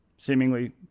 Seemingly